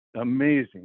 amazing